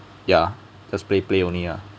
ya just play play only lah